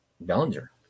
Bellinger